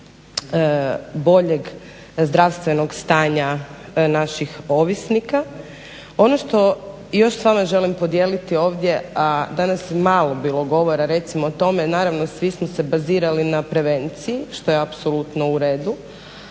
boljeg zdravstvenog stanja naših ovisnika. Ono što još s vama želim podijeliti ovdje, a danas je malo bilo govora recimo o tome, svi smo se bazirali na prevenciji, što je apsolutno u redu,